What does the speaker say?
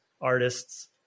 artists